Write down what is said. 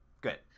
good